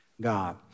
God